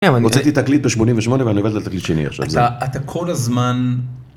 הוצאתי תקליט ב-88' ואני עובד על תקליט שני עכשיו. אתה כל הזמן...